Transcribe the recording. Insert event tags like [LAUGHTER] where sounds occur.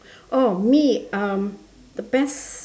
oh me um [BREATH] the best